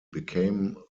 became